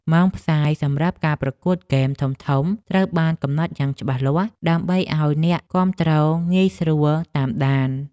ម៉ោងផ្សាយសម្រាប់ការប្រកួតហ្គេមធំៗត្រូវបានកំណត់យ៉ាងច្បាស់លាស់ ដើម្បីឱ្យអ្នកគាំទ្រងាយស្រួលតាមដាន។